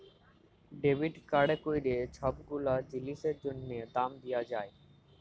debit কাড়ে ক্যইরে ছব গুলা জিলিসের জ্যনহে দাম দিয়া যায়